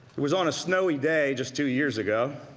was on a snowy day just two years ago